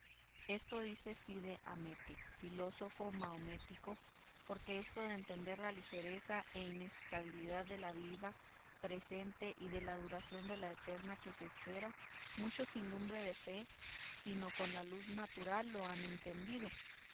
esto dice cide hamete filósofo mahomético porque esto de entender la ligereza e instabilidad de la vida presente y de la duración de la eterna que se espera muchos sin lumbre de fe sino con la luz natural lo han entendido